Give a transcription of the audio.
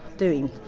doing?